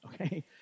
okay